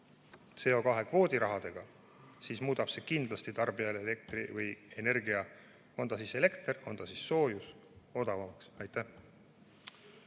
CO2kvoodi tasuga, siis muudab see kindlasti tarbijale elektri või energia – on ta siis elekter, on ta soojus – odavamaks. Aitäh!